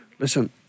listen